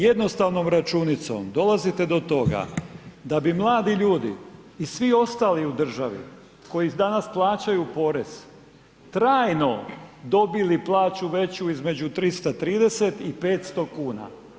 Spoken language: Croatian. Jednostavnom računicom dolazite do toga, da bi mladi ljudi i svi ostali u državi koji danas plaćaju porez trajno dobili plaću veću između 330 i 500 kuna.